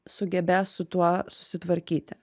sugebės su tuo susitvarkyti